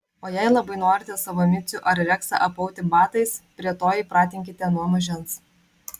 o jei labai norite savo micių ar reksą apauti batais prie to jį pratinkite nuo mažens